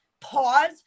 Pause